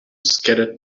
scattered